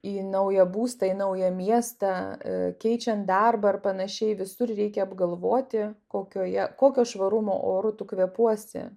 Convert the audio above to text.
į naują būstą į naują miestą keičiant darbą ar pan visur reikia apgalvoti kokioje kokio švarumo oru tu kvėpuosi